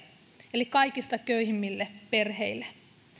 eli kaikista köyhimmille perheille